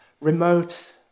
remote